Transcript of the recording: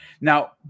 Now